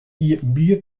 iepenbier